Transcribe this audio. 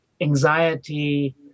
anxiety